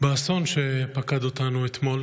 באסון שפקד אותנו אתמול.